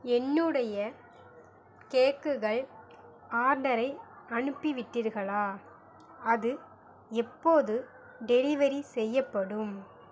என்னுடைய கேக்குகள் ஆர்டரை அனுப்பிவிட்டீர்களா அது எப்போது டெலிவரி செய்யப்படும்